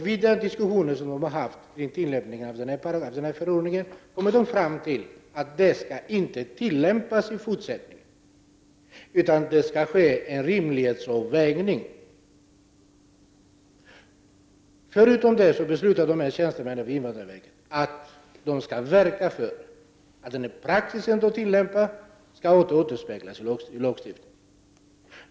Vid den diskussionen kom de fram till att denna förordning inte längre skall tillämpas, utan att det i stället skall ske en rimlighetsavvägning. Dessutom beslutade dessa tjänstemän att de skulle verka för att den praxis som de tillämpar skall återspeglas i lagstiftningen.